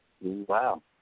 Wow